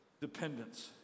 dependence